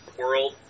world